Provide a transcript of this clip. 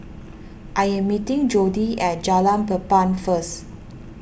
I am meeting Jordy at Jalan Papan first